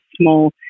small